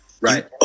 Right